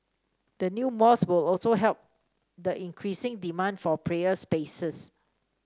the new mosque will also help the increasing demand for prayer spaces